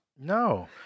No